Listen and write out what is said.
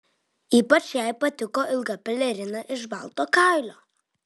ypač jai patiko ilga pelerina iš balto kailio